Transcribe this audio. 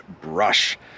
brush